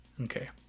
Okay